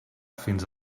fins